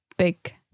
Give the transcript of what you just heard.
big